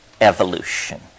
evolution